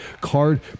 card